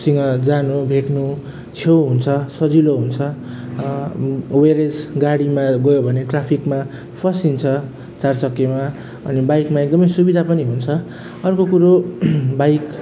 सँग जानु भेट्नु छेउ हुन्छ सजिलो हुन्छ व्हेर इज गाडीमा गयो भने ट्राफिकमा फसिन्छ चार चक्केमा अनि बाइकमा एकदमै सुविधा पनि हुन्छ अर्को कुरो बाइक